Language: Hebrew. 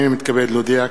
הנני מתכבד להודיע,